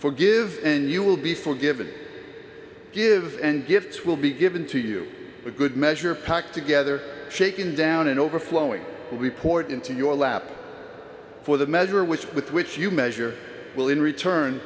for give and you will be forgiven give and gifts will be given to you a good measure packed together shaken down and overflowing will be poured into your lap for the measure which with which you measure will in return